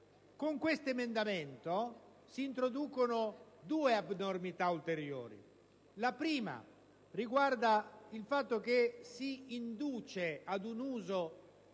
in esame si introducono due abnormità ulteriori. La prima riguarda il fatto che si induce ad